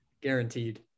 Guaranteed